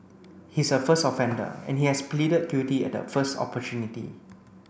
he is a first offender and he has pleaded guilty at the first opportunity